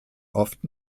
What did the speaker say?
oft